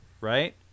right